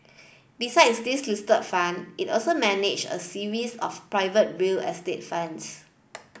besides these listed fund it also manage a series of private real estate funds